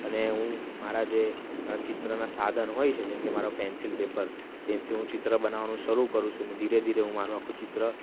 અને હું મારા જે મારાં ચિત્રનાં સાધન હોય છે જેમકે મારો પેન્સિલ પેપર તેનથી હું ચિત્ર બનાવવાનું શરૂ કરું છું અને ધીરે ધીરે હું મારૂં આખું ચિત્ર